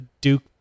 Duke